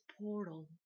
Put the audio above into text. portal